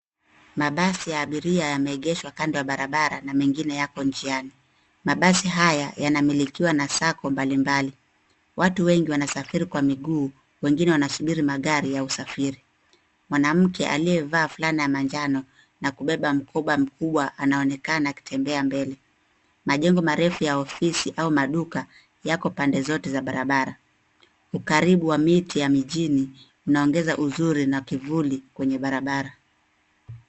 Mabasi ya abiria yameegeshwa kando ya barabara na mengine yako njiani. Mabasi haya yanamilikiwa na SACCO mbalimbali. Watu wengi wanasafiri kwa miguu, wengine wanasubiri magari ya usafiri. Mwanamke aliyevaa fulana ya manjano na kubeba mkoba mkubwa anaonekana akitembea mbele. Majengo marefu ya ofisi au maduka yako pande zote za barabara. Ukaribu wa miti ya mijini unaongeza uzuri na kivuli kwenye barabara.